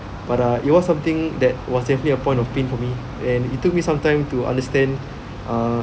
but uh it was something that was simply a point of pain for me and it took me some time to understand uh